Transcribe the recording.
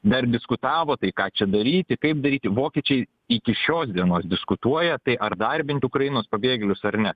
dar diskutavo tai ką čia daryti kaip daryti vokiečiai iki šios dienos diskutuoja tai ar darbint ukrainos pabėgėlius ar ne